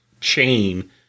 chain